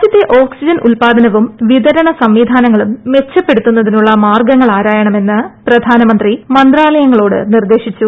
രാജൃത്തെ ഓക്സിജൻ ഉത്പാദനവും വിത രണ സംവിധാനങ്ങളും മെച്ചപ്പെടുത്തുന്നതിനുള്ള മാർഗ്ഗങ്ങൾ ആരായണമെന്ന് പ്രധാനമന്ത്രി മന്ത്രാലയങ്ങളോട് നിർദ്ദേശിച്ചു